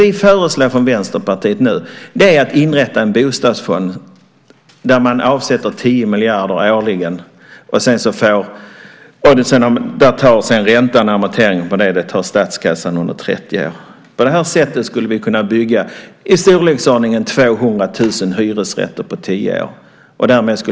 Vi föreslår nu från Vänsterpartiet att man inrättar en bostadsfond där man avsätter tio miljarder årligen. Räntan och amorteringen på det tar statskassan under 30 år. På det sättet skulle vi kunna bygga i storleksordningen 200 000 hyresrätter på tio år. Vad händer då?